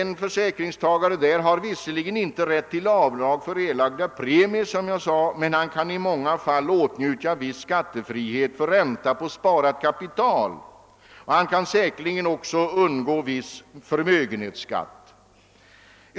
K-försäkringstagaren har visserligen inte rätt till avdrag för erlagda premier, men han kan i många fall åtnjuta viss skattefrihet för ränta på sparat kapital. Han kan säkerligen också undgå viss förmögenhetsskatt.